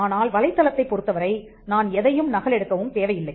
ஆனால் வலைத்தளத்தைப் பொருத்தவரை நான் எதையும் நகலெடுக்கவும் தேவையில்லை